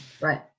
right